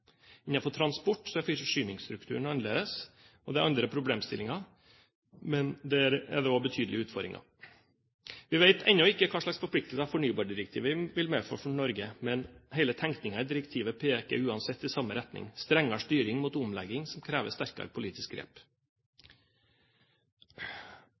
Innenfor transport er forsyningsstrukturen annerledes, og det er andre problemstillinger, men der er det også betydelige utfordringer. Vi vet ennå ikke hvilke forpliktelser fornybardirektivet vil medføre for Norge, men hele tenkningen i direktivet peker uansett i samme retning: strengere styring mot en omlegging som krever sterkere politisk grep.